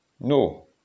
No